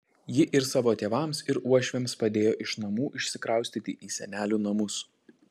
ji ir savo tėvams ir uošviams padėjo iš namų išsikraustyti į senelių namus